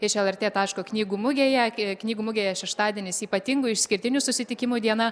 iš lrt taško knygų mugėje knygų mugėje šeštadienis ypatingų išskirtinių susitikimų diena